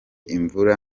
imvura